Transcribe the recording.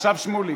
עכשיו שמולי.